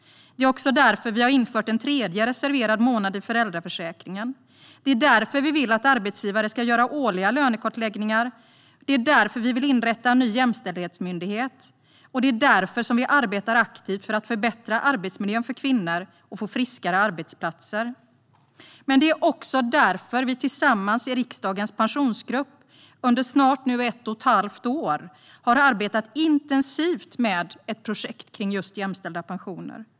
Det är också därför som vi har infört en tredje reserverad månad i föräldraförsäkringen. Det är därför som vi vill att arbetsgivare ska göra årliga lönekartläggningar. Det är därför som vi vill inrätta en ny jämställdhetsmyndighet. Och det är därför som vi arbetar aktivt för att förbättra arbetsmiljön för kvinnor och få friskare arbetsplatser. Men det är också därför som vi tillsammans i riksdagens pensionsgrupp under snart ett och ett halvt år har arbetat intensivt med ett projekt kring jämställda pensioner.